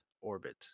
orbit